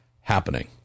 happening